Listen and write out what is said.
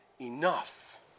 enough